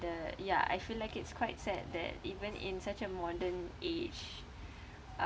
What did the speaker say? the ya I feel like it's quite sad that even in such a modern age uh